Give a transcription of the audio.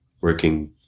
working